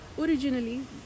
Originally